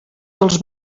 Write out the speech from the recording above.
dels